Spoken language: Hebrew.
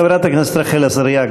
חברת הכנסת רחל עזריה.